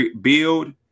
build